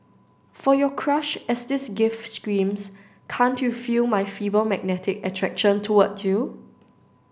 for your crush as this gift screams can't you feel my feeble magnetic attraction towards you